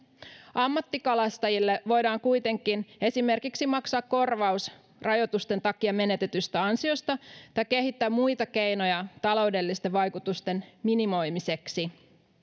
ammattikalastajille voidaan kuitenkin esimerkiksi maksaa korvaus rajoitusten takia menetetystä ansiosta tai kehittää muita keinoja taloudellisten vaikutusten minimoimiseksi